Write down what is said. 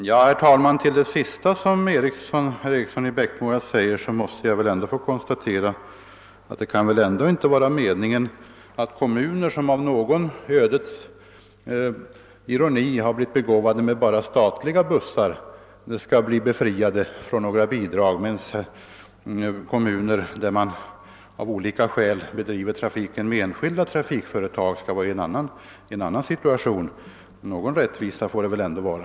Herr talman! Med anledning av herr Erikssons i Bäckmora senaste inlägg måste jag konstatera, att det väl inte kan vara meningen att kommuner som av någon ödets nyck har blivit begåvade med bara statliga bussar skall bli befriade från att lämna bidrag, medan kommuner där trafiken av olika skäl bedrivs av enskilda trafikföretag skall vara i en annan situation. Någon rättvisa måste det ändå vara.